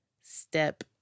step